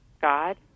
God